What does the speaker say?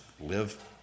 live